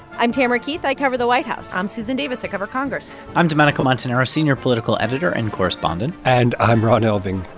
i'm tamara keith. i cover the white house i'm susan davis. i cover congress i'm domenico montanaro, senior political editor and correspondent and i'm ron elving,